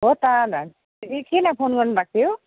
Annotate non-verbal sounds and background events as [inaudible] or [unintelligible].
हो त [unintelligible] ए किन फोन गर्नु भएको थियो